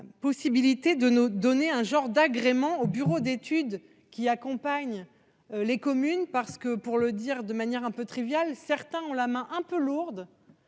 possibilité de nos données, un genre d'agrément au bureau d'études qui accompagne les communes parce que pour le dire de manière un peu triviale, certains ont la main un peu lourde.